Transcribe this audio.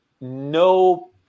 no